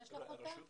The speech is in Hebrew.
כמה יש ברשימות?